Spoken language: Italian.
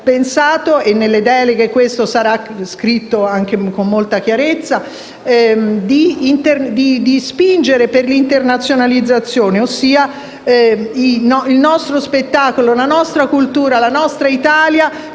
(e nelle deleghe questo sarà scritto con molta chiarezza) spingere molto per l'internazionalizzazione. Il nostro spettacolo, la nostra cultura e la nostra Italia